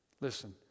listen